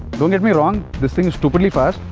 don't get me wrong. this thing is stupidly fast!